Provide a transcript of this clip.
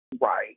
Right